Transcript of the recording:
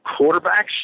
quarterbacks